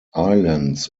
islands